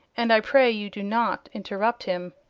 and i pray you do not interrupt him.